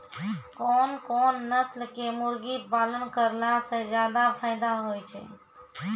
कोन कोन नस्ल के मुर्गी पालन करला से ज्यादा फायदा होय छै?